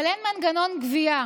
אבל אין מנגנון גבייה.